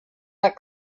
that